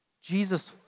Jesus